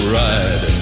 ride